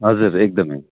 हजुर एकदमै